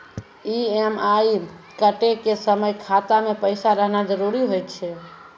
EMI कटै के समय खाता मे पैसा रहना जरुरी होय छै